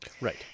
Right